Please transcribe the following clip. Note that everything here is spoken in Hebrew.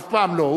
אף פעם לא.